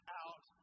out